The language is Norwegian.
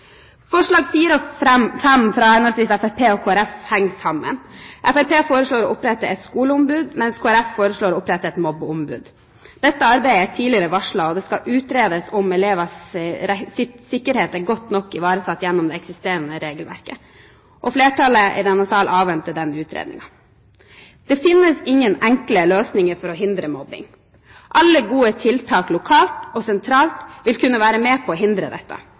Forslag nr. 4 og forslag nr. 5, fra henholdsvis Fremskrittspartiet og Kristelig Folkeparti, henger sammen. Fremskrittspartiet foreslår å opprette et skoleombud, mens Kristelig Folkeparti foreslår å opprette et mobbeombud. Dette arbeidet er tidligere varslet, og det skal utredes om elevers sikkerhet er godt nok ivaretatt gjennom det eksisterende regelverket. Flertallet i denne salen avventer denne utredningen. Det fins ingen enkle løsninger for å hindre mobbing. Alle gode tiltak lokalt og sentralt vil kunne være med på å hindre dette.